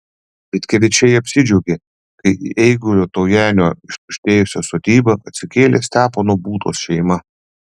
vitkevičiai apsidžiaugė kai į eigulio taujenio ištuštėjusią sodybą atsikėlė stepono būtos šeima